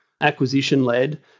acquisition-led